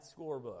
scorebook